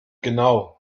genau